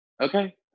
Okay